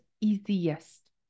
easiest